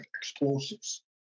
explosives